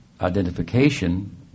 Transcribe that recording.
identification